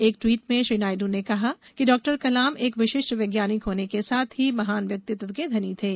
एक ट्वीट में श्री नायडु ने कहा कि डॉक्टर कलाम एक विशिष्ट वैज्ञानिक होने के साथ ही महान व्यक्तित्व के घनी थे